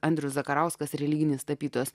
andrius zakarauskas religinis tapytos